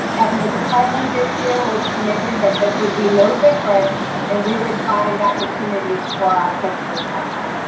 and the department this year was committed that this would be no different and we would find opportunities for our kids for summer.